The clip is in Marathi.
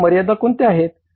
मग त्या मर्यादा कोणत्या आहेत